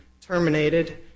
terminated